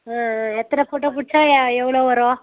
ஆ ஆ எத்தனை ஃபோட்டோ பிடிச்சா எவ்வளோ வரும்